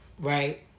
Right